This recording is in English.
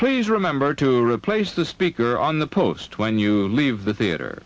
please remember to replace the speaker on the post when you leave the theater